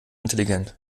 intelligent